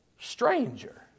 stranger